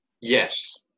Yes